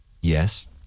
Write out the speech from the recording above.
Yes